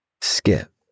Skip